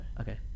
Okay